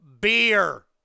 beer